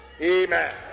Amen